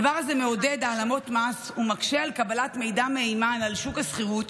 הדבר הזה מעודד העלמות מס ומקשה על קבלת מידע מהימן על שוק השכירות,